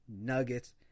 Nuggets